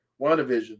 WandaVision